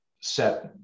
set